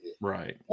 Right